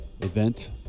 event